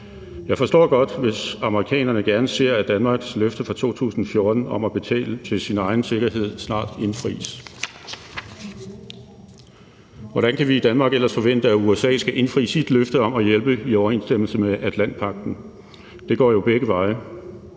Jeg forstår godt, hvis amerikanerne gerne ser, at Danmarks løfte fra 2014 om at betale til sin egen sikkerhed snart indfries, for hvordan kan vi i Danmark ellers forvente, at USA skal indfri sit løfte om at hjælpe i overensstemmelse med Atlantpagten? Det går jo begge veje.